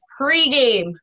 pregame